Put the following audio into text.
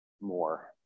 more